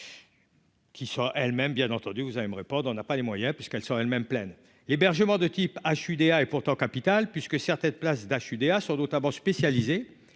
Qui sont elles-mêmes, bien entendu, vous allez me répondre : on n'a pas les moyens puisqu'elles sont elles-mêmes pleines l'hébergement de type H UDA et pourtant capital puisque certaines places d'H. UDA sont notamment spécialisé